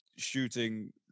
Shooting